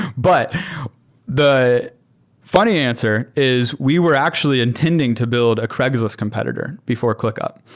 but the funny answer is we were actually intending to build a craigslist competitor before clickup.